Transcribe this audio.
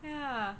yeah